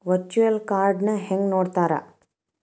Virtual ಕಾರ್ಡ್ನ ಹೆಂಗ್ ನೋಡ್ತಾರಾ?